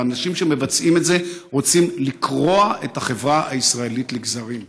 והאנשים שמבצעים את זה רוצים לקרוע את החברה הישראלית לגזרים.